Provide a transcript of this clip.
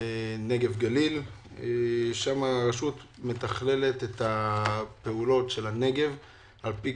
הנגב והגליל מתכללת את הפעולות של הנגב על-פי